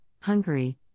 Hungary